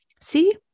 see